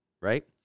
right